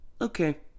okay